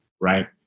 right